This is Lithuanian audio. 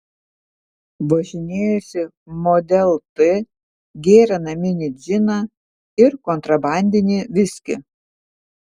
važinėjosi model t gėrė naminį džiną ir kontrabandinį viskį